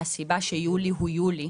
הוא רואה שכן מגיע לו,